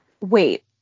Wait